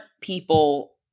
people